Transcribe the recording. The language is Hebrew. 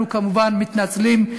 אנחנו כמובן מתנצלים,